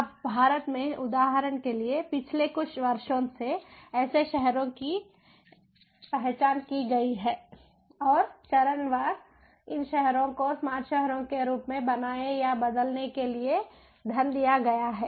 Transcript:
अब भारत में उदाहरण के लिए पिछले कुछ वर्षों से ऐसे शहरों की पहचान की गई है और चरण वार इन शहरों को स्मार्ट शहरों के रूप में बनाने या बदलने के लिए धन दिया गया है